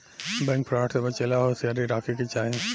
bank fraud से बचे ला होसियारी राखे के चाही